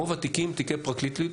רוב התיקים תיקי פרקליטות,